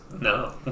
No